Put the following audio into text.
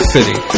City